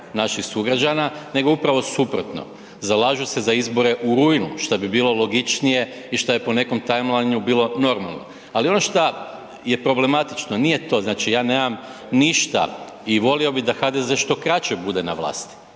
naših sugrađana nego upravo suprotno, zalažu se za izbore u rujnu šta bi bilo logičnije i što je po nekome timelineu bilo normalno. Ali ono šta je problematično nije to, znači ja nemam ništa i volio bi da HDZ što kraće bude na vlasti,